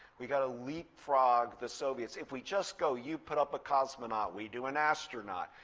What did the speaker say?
we've got to leapfrog the soviets. if we just go, you put up a cosmonaut, we do an astronaut,